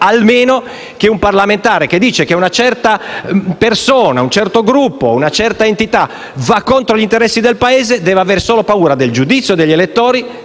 giudiziarie. Un parlamentare che dice che una certa persona, un certo gruppo o una certa entità va contro gli interessi del Paese deve aver solo paura del giudizio degli elettori,